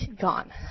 gone